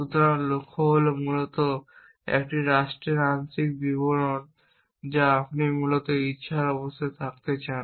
সুতরাং লক্ষ্য হল মূলত একটি রাষ্ট্রের একটি আংশিক বিবরণ যা আপনি মূলত ইচ্ছার অবস্থায় থাকতে চান